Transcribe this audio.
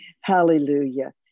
hallelujah